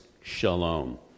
shalom